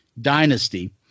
dynasty